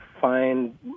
find